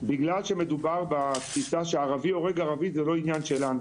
בגלל שמדובר בתפיסה ולפיה ערבי שהורג ערבי זה לא עניין שלנו.